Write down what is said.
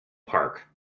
park